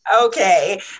Okay